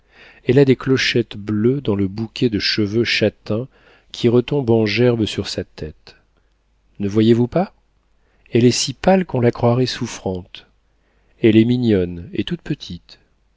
elle a des clochettes bleues dans le bouquet de cheveux châtains qui retombe en gerbes sur sa tête ne voyez-vous pas elle est si pâle qu'on la croirait souffrante elle est mignonne et toute petite